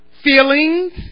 feelings